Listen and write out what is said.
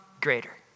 greater